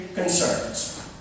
Concerns